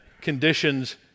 conditions